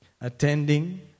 Attending